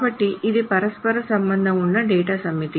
కాబట్టి ఇది పరస్పర సంబంధం ఉన్న డేటా సమితి